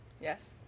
Yes